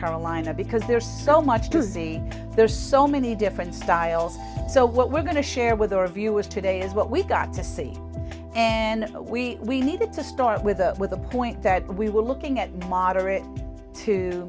carolina because there's so much to see there's so many different styles so what we're going to share with our viewers today is what we got to see and we needed to start with with the point that we were looking at moderate to